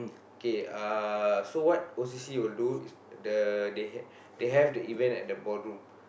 k uh so what O_C_C will do is the they h~ they have the event at the ballroom